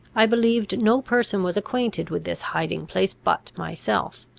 i believed no person was acquainted with this hiding-place but myself.